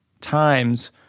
times